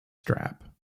strap